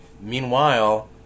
Meanwhile